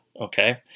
Okay